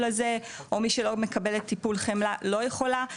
הזה או מי שלא מקבלת טיפול חמלה לא יכולה,